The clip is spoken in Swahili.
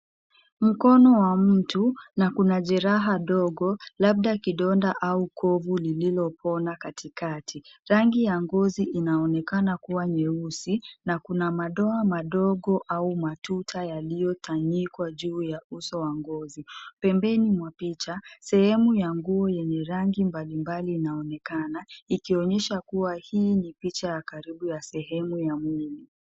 Mkono wa mtu na kuna jeraha ndogo labda kidonda au kovu lililopona katikati. Rangi ya ngozi inaonekana kuwa nyeusi na kuna madoa madogo au matuta yaliyotandikwa juu ya uso wa ngozi. Pembeni mwa picha, sehemu ya nguo yenye rangi mbalimbali inaonekana, ikionyesha kuwa hii ni picha ya karibu ya sehemu ya mwili.